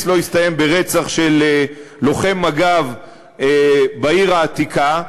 לא הסתיים ברצח של לוחם מג"ב בעיר העתיקה,